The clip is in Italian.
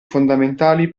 fondamentali